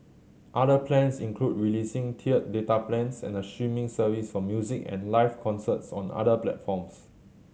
other plans include releasing tiered data plans and a streaming service for music and live concerts on other platforms